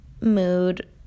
mood